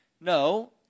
No